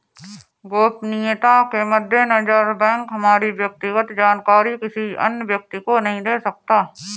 गोपनीयता के मद्देनजर बैंक हमारी व्यक्तिगत जानकारी किसी अन्य व्यक्ति को नहीं दे सकता